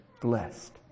blessed